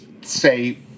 say